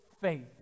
faith